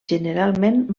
generalment